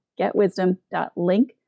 Getwisdom.link